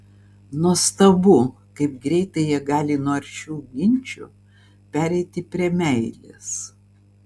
nuostabu kaip greitai jie gali nuo aršių ginčų pereiti prie meilės